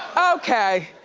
okay,